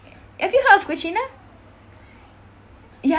have you heard of cucina ya